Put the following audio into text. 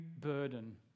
burden